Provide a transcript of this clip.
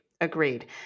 Agreed